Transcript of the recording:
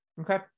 Okay